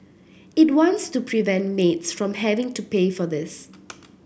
it wants to prevent maids from having to pay for this